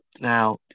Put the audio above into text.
Now